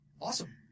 Awesome